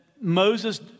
Moses